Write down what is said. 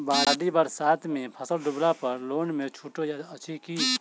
बाढ़ि बरसातमे फसल डुबला पर लोनमे छुटो अछि की